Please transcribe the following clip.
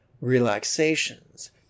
relaxations